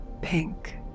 pink